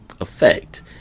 effect